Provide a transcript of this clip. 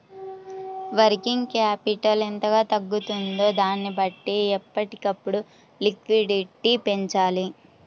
working capital ఎంతగా తగ్గుతుందో దానిని బట్టి ఎప్పటికప్పుడు లిక్విడిటీ పెంచాలి